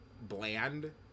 bland